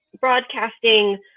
broadcasting